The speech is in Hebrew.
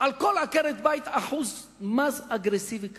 על כל עקרת-בית שיעור מס אגרסיבי כזה?